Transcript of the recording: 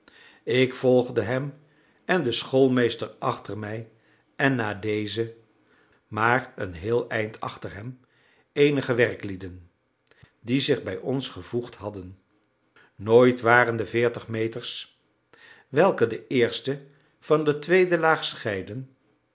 ik volgde hem en de schoolmeester achter mij en na dezen maar een heel eind achter hem eenige werklieden die zich bij ons gevoegd hadden nooit waren de veertig meters welke de eerste van de tweede laag scheidden